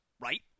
right